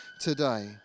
today